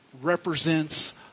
represents